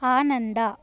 ಆನಂದ